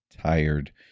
tired